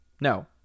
no